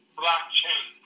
blockchain